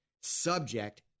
subject